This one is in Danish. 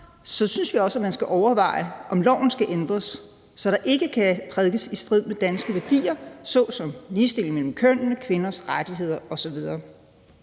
synes vi også, at man skal overveje, om loven skal ændres, så der ikke kan prædikes i strid med danske værdier såsom ligestilling mellem kønnene, kvinders rettigheder osv.